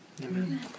Amen